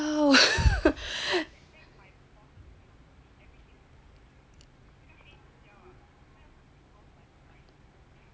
!wow!